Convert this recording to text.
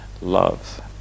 love